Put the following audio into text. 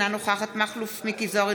אינה נוכחת מכלוף מיקי זוהר,